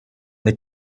the